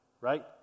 right